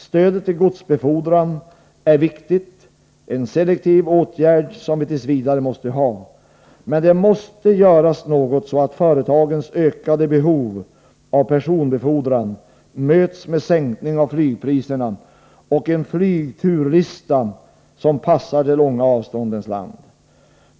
Stödet till godsbefordran är viktigt — en selektiv åtgärd som vi t. v. måste ha, men det måste göras något så att företagens ökade behov av personbefordran möts med sänkning av flygpriserna och en flygturlista som passar de långa avståndens land.